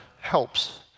helps